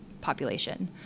population